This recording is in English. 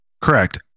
correct